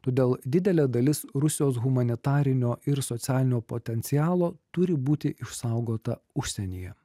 todėl didelė dalis rusijos humanitarinio ir socialinio potencialo turi būti išsaugota užsienyje